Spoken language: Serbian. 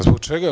Zbog čega?